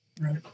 right